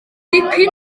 dipyn